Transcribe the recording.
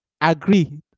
agree